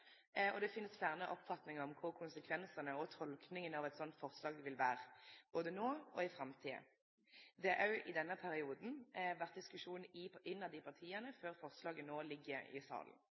og det finst fleire oppfatningar om kva konsekvensane og tolkinga av eit slikt forslag vil vere – både no og i framtida. Det har òg i denne perioden vore diskusjon innanfor partia før forslaget no ligg i salen.